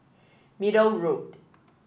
Middle Road